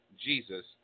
Jesus